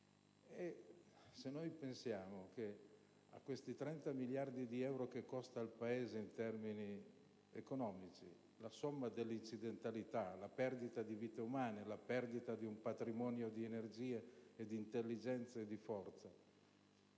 Se noi sommiamo a questi 30 miliardi di euro che costa al Paese in termini economici l'incidentalità, la perdita di vite umane, di un patrimonio di energie, di intelligenza e di forza,